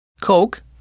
Coke